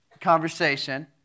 conversation